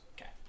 okay